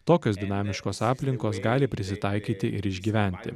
tokios dinamiškos aplinkos gali prisitaikyti ir išgyventi